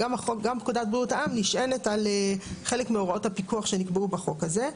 גם פקודת בריאות העם נשענת על חלק מהוראות הפיקוח שנקבעו בחוק הזה.